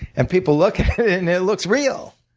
and people look at it and it looks real.